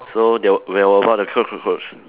so they were they were about to kill cockroach